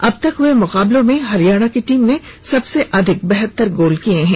अबतक हुए मुकाबलों में हरियाणा की टीम ने सबसे अधिक बहत्तर गोल किये हैं